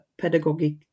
pedagogic